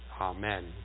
Amen